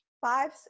five